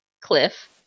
cliff